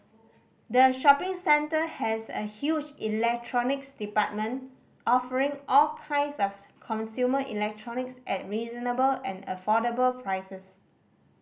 the shopping centre has a huge electronics department offering all kinds of consumer electronics at reasonable and affordable prices